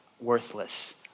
worthless